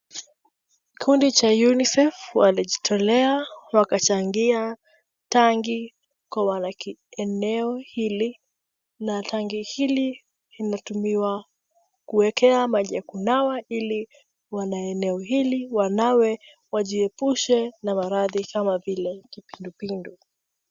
Kikundi cha UNICEF walijitolea wakachangia tangi kwa eneo hili na tangi hili inatumiwa kuekea maji ya kunawa ili wana eneo hili wanawe wajiepushe na maradhi kama vile kipindupindu.